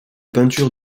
peinture